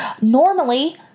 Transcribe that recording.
Normally